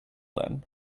then